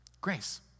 Grace